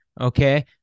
okay